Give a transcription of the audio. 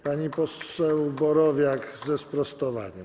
Pani poseł Borowiak ze sprostowaniem.